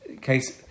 case